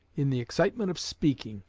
in the excitement of speaking,